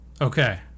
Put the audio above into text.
Okay